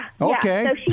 Okay